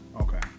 okay